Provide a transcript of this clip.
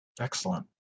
Excellent